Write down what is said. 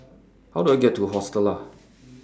How Do I get to Hostel Lah